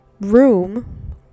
room